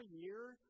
years